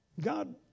God